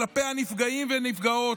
לנפגעים ונפגעות.